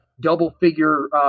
double-figure